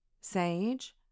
sage